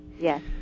Yes